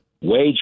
wage